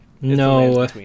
No